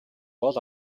гол